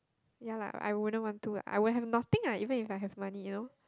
ya lah I wouldn't want to I will have nothing ah even if I have money you know